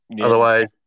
Otherwise